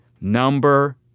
Number